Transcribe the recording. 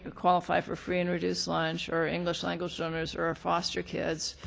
qualify for free and reduced lunch or english language learners or are foster kids,